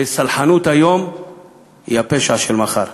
וסלחנות היום היא הפשע של מחר.